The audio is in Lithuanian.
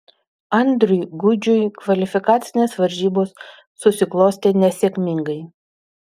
andriui gudžiui kvalifikacinės varžybos susiklostė nesėkmingai